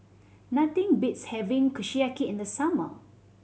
nothing beats having Kushiyaki in the summer